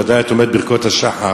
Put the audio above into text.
בוודאי את אומרת ברכות השחר,